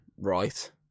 right